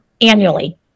annually